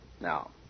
Now